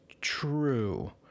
true